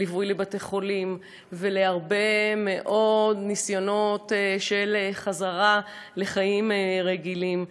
זה ליווי לבתי-חולים והרבה מאוד ניסיונות של חזרה לחיים רגילים.